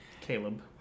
Caleb